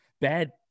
bad